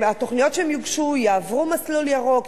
התוכניות שיוגשו יעברו במסלול ירוק,